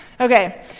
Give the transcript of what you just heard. Okay